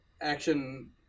action